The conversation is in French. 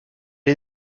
est